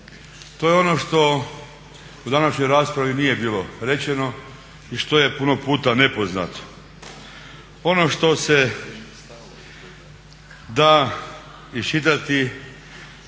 To je ono što u današnjoj raspravi nije bilo rečeno i što je puno puta nepoznato. Ono što se da iščitati,